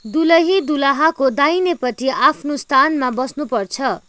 दुलही दुलहाको दाहिनेपट्टि आफ्नो स्थानमा बस्नुपर्छ